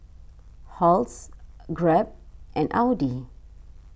Halls Grab and Audi